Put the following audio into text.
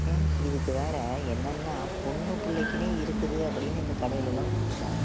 ம் இதுக்கு வேற என்னென்னா பொண் பிள்ளைக்குனே இருக்குது அப்படின்னு இந்த கடையில் எல்லாம் கொடுக்குறாங்க